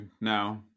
now